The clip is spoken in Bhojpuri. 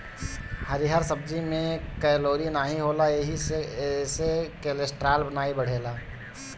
हरिहर सब्जी में कैलोरी नाही होला एही से एसे कोलेस्ट्राल नाई बढ़ेला